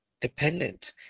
dependent